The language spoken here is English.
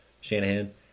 Shanahan